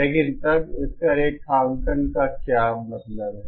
लेकिन तब इसका रेखांकन का क्या मतलब है